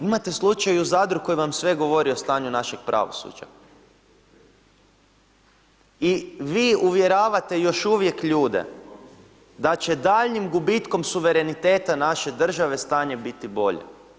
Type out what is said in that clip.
Imate slučaj u Zadru koji vam sve govori o stanju našeg pravosuđa i vi uvjeravate još uvijek ljude da će daljnjim gubitkom suvereniteta naše države stanje biti bolje.